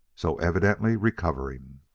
so evidently recovering.